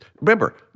remember